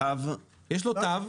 יש לו תו,